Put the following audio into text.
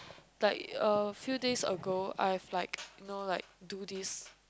like a few days ago I was like you know like do this